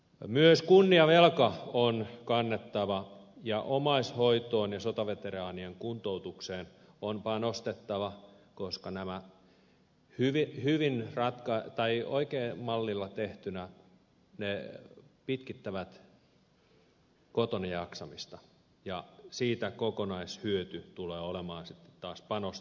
myös kunniavelka on kannettava ja omais hoitoon ja sotaveteraanien kuntoutukseen on panostettava koska nämä oikealla mallilla tehtynä pitkittävät kotona jaksamista ja siitä kokonaishyöty tulee olemaan sitten taas panoksia isompi